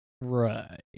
Right